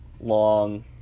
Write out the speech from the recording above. long